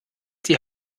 die